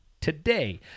today